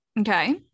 Okay